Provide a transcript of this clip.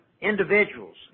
individuals